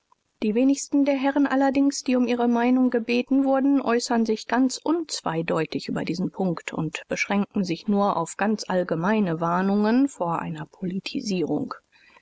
die wenigsten der herren allerdings die um ihre meinung gebeten wurden äußern sich ganz unzweideutig über diesen punkt u beschränken sich nur auf ganz allgemeine warnungen vor einer politisierung